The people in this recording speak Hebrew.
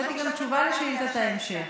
הבאתי גם תשובה על שאילתת ההמשך.